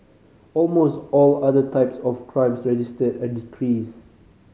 almost all other types of crimes registered a decrease